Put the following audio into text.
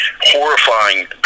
horrifying